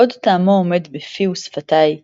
עוד טעמו עומד בפי ושפתי,